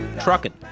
Trucking